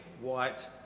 white